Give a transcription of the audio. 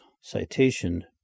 Citation